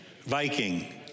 Viking